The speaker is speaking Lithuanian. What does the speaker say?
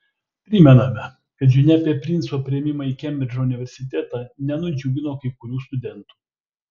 primename kad žinia apie princo priėmimą į kembridžo universitetą nenudžiugino kai kurių studentų